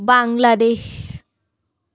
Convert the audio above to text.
Bangladesh